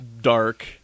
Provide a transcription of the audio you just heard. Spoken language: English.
dark